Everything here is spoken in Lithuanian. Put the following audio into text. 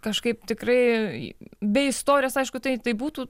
kažkaip tikrai be istorijos aišku tai tai būtų